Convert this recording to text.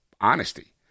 honesty